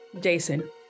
Jason